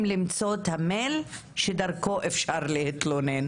למצוא את המייל שדרכו אפשר להתלונן.